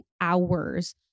hours